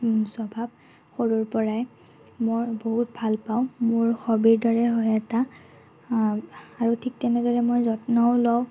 স্বভাৱ সৰুৰ পৰাই মই বহুত ভাল পাওঁ মোৰ হবিৰ দৰেই হয় এটা আৰু ঠিক তেনেদৰে মই যত্নও লওঁ